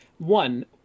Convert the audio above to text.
one